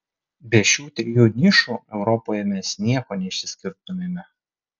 be šių trijų nišų europoje mes nieko neišsiskirtumėme